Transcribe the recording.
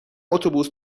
اتوبوس